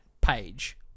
page